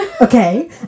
okay